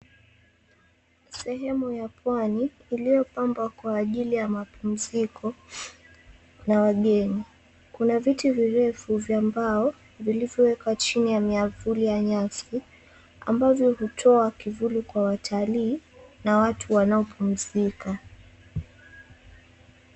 Sehemu ya pwani iliyopambwa kwa ajili ya mapumziko na wageni. Kuna viti virefu vya mbao vilivyowekwa chini ya miamvuli ya nyasi ambavyo hutoa kivuli kwa watalii na watu wanaopumzika.